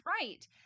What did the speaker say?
right